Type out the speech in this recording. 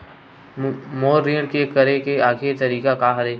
मोर ऋण के करे के आखिरी तारीक का हरे?